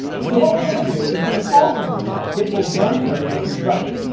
so what we're gonna do is when a call comes in, it will run code that we write,